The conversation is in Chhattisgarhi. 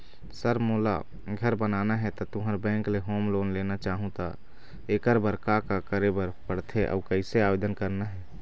सर मोला घर बनाना हे ता तुंहर बैंक ले होम लोन लेना चाहूँ ता एकर बर का का करे बर पड़थे अउ कइसे आवेदन करना हे?